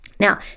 Now